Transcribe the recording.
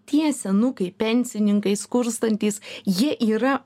tie senukai pensininkai skurstantys jie yra